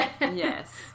Yes